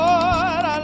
Lord